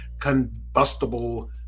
combustible